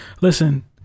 listen